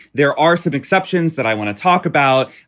there are some exceptions that i want to talk about,